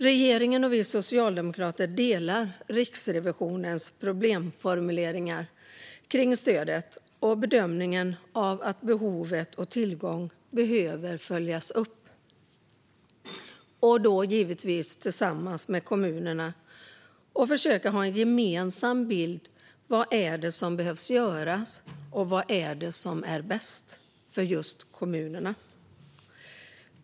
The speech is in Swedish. Regeringen och vi socialdemokrater delar Riksrevisionens problemformuleringar kring stödet och bedömningen att behov och tillgång behöver följas upp. Det ska givetvis göras tillsammans med kommunerna, och man ska försöka ha en gemensam bild av vad som behöver göras och av vad som är bäst för kommunerna.